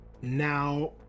Now